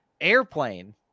Airplane